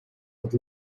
but